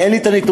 אין לי הנתונים.